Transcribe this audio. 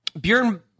Bjorn